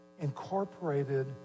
incorporated